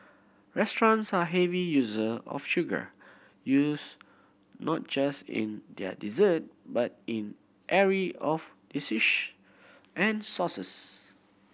restaurants are heavy user of sugar used not just in their dessert but in array of and sauces